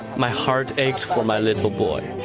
my heart ached for my little boy,